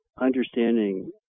understanding